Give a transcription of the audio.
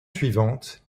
suivante